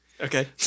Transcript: Okay